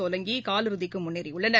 சோலங்கிகாலிறுதிக்குமுன்னேறியுள்ளனர்